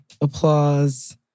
applause